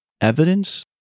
evidence